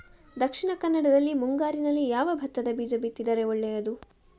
ದಕ್ಷಿಣ ಕನ್ನಡದಲ್ಲಿ ಮುಂಗಾರಿನಲ್ಲಿ ಯಾವ ಭತ್ತದ ಬೀಜ ಬಿತ್ತಿದರೆ ಒಳ್ಳೆಯದು?